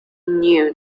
knew